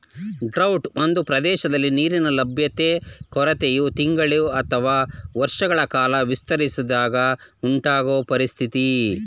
drought ಒಂದು ಪ್ರದೇಶದಲ್ಲಿ ನೀರಿನ ಲಭ್ಯತೆ ಕೊರತೆಯು ತಿಂಗಳು ಅಥವಾ ವರ್ಷಗಳ ಕಾಲ ವಿಸ್ತರಿಸಿದಾಗ ಉಂಟಾಗೊ ಪರಿಸ್ಥಿತಿ